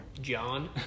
John